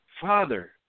Father